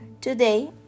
today